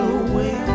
away